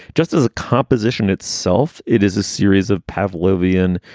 just as a composition itself. it is a series of pavlovian